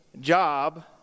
job